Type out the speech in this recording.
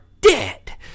dead